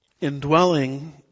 indwelling